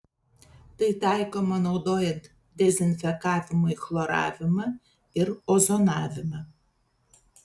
tai taikoma naudojant dezinfekavimui chloravimą ir ozonavimą